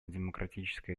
демократическая